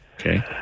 Okay